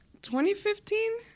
2015